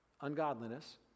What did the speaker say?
ungodliness